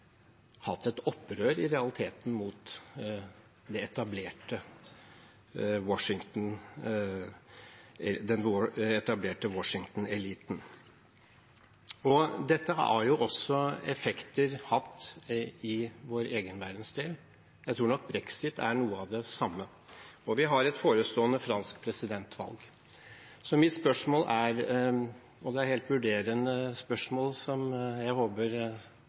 hatt et opprør mot den etablerte Washington-eliten. Dette har også hatt effekter i vår egen verdensdel. Jeg tror nok brexit er noe av det samme, og vi har et forestående fransk presidentvalg. Så mitt spørsmål – og det er et helt vurderende spørsmål, som jeg håper